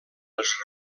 les